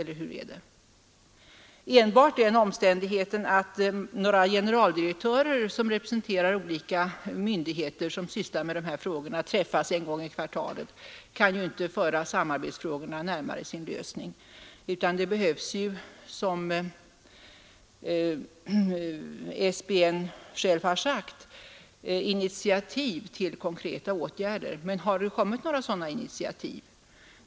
Enbart den omständigheten att några generaldirektörer, som representerar olika myndigheter vilka sysslar med dessa frågor, träffas en gång i kvartalet kan ju inte föra samarbetsfrågorna närmare sin lösning utan det behövs ju, som SBN själv har sagt, initiativ till konkreta åtgärder. Men har det kommit några sådana initiativ?